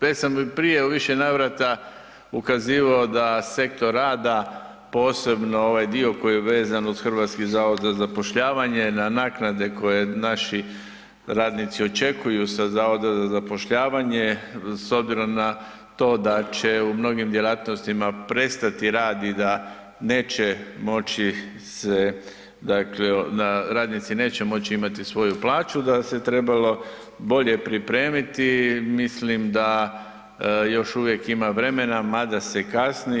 Već sam prije u više navrata ukazivao da sektor rada posebno ovaj dio koji je vezan uz Hrvatski zavod za zapošljavanje na naknade koje naši radnici očekuju sa Zavoda za zapošljavanje s obzirom na to da će u mnogim djelatnostima prestati rad i da neće moći se dakle radnici neće moći imati svoju plaću da se trebalo bolje pripremiti, mislim da još uvijek ima vremena mada se kasni.